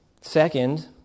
Second